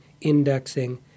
indexing